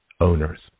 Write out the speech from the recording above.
owners